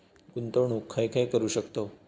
गुंतवणूक खय खय करू शकतव?